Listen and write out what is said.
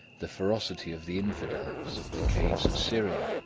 the ferocity of the infidels, the caves of syria,